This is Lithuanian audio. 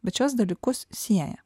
bet šiuos dalykus sieja